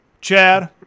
chad